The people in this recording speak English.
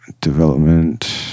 Development